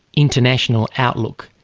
international outlook,